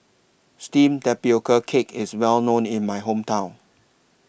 Steamed Tapioca Cake IS Well known in My Hometown